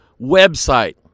website